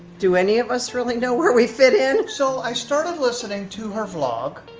do any of us really know where we fit in? so i started listening to her vlog,